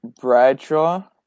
Bradshaw